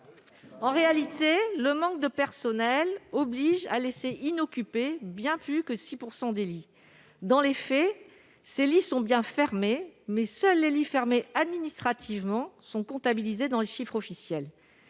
En réalité, le manque de personnel oblige à laisser inoccupés bien plus que 6 % des lits. Dans les faits, ces lits sont bien fermés, mais seuls les lits fermés administrativement sont comptabilisés dans les chiffres officiels.